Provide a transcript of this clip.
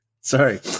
Sorry